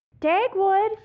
Dagwood